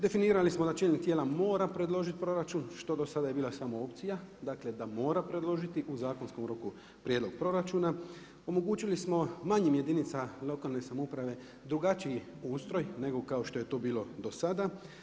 Definirali smo da čelnik tijela mora predložiti proračun što dosada je bila samo opcija, dakle da mora predložiti u zakonskom roku prijedlog proračuna, omogućili smo manjim jedinicama lokalne samouprave drugačiji ustroj nego kao što je to bilo dosada.